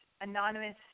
anonymous